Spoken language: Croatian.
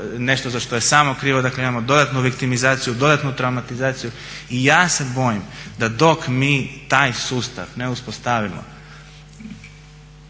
nešto za što je samo krivo. Dakle, imamo dodatnu viktimizaciju, dodatnu traumatizaciju. I ja se bojim da dok mi taj sustav ne uspostavimo,